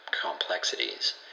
complexities